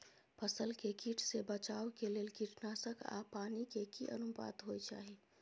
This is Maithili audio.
फसल के कीट से बचाव के लेल कीटनासक आ पानी के की अनुपात होय चाही?